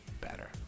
better